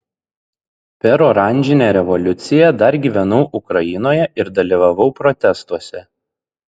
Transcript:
per oranžinę revoliuciją dar gyvenau ukrainoje ir dalyvavau protestuose